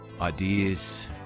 ideas